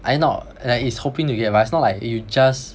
i~ not like it's hoping you get but it's not like you just